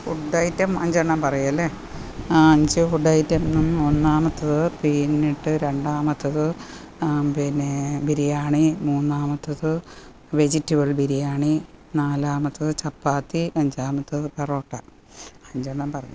food item അഞ്ചെണ്ണം പറയാമല്ലേ അഞ്ച് ഫുഡ് ഐറ്റം ഒന്നാമത്തേത് പീനട്ട് രണ്ടാമത്തേത് പിന്നെ ബിരിയാണി മൂന്നാമത്തേത് വെജിറ്റബിൾ ബിരിയാണി നാലാമത്തേത് ചപ്പാത്തി അഞ്ചാമത്തേത് പൊറോട്ട അഞ്ചെണ്ണം പറഞ്ഞിട്ടുണ്ട്